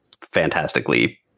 fantastically